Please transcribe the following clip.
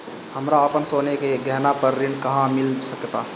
हमरा अपन सोने के गहना पर ऋण कहां मिल सकता?